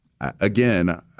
again